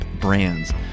brands